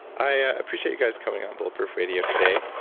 i appreciate you guys coming on bulletproof radio today.